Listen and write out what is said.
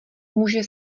může